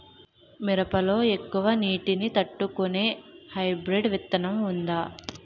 మిరప లో ఎక్కువ నీటి ని తట్టుకునే హైబ్రిడ్ విత్తనం వుందా?